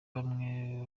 bamwe